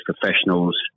professionals